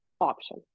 option